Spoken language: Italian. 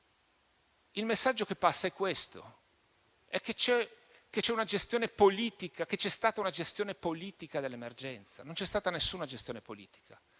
Il messaggio che passa è questo. C'è stata una gestione politica dell'emergenza. Non c'è stata alcuna gestione politica.